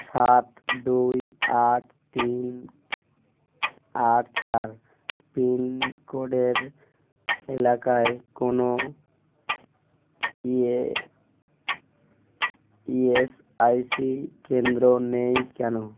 সাত দুই আট তিন আট চার পিনকোডের এলাকায় কোনো ইয়ে ইএসআইসি কেন্দ্র নেই কেন